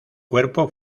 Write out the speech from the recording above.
cuerpo